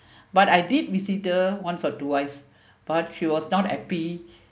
but I did visit her once or twice but she was not happy